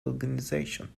organization